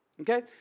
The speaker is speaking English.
Okay